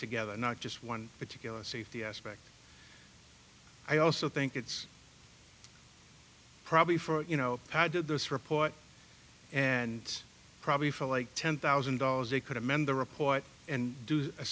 together not just one particular safety aspect i also think it's probably for you know how did this report and probably feel like ten thousand dollars they could amend the report and do a